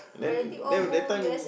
then then that time